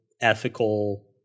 ethical